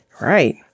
Right